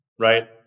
right